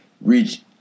reach